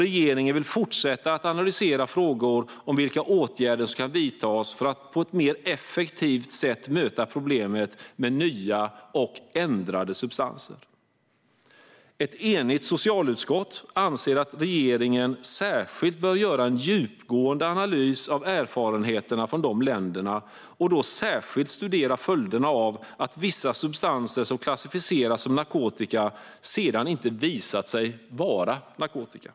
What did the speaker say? Regeringen vill fortsätta att analysera frågan om vilka åtgärder som kan vidtas för att mer effektivt möta problemet med nya och ändrade substanser. Ett enigt socialutskott anser att regeringen bör göra en djupgående analys av erfarenheterna från dessa länder, och då särskilt studera följderna av att vissa substanser som klassificerats som narkotika sedan inte visat sig vara narkotika.